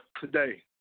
today